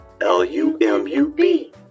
l-u-m-u-b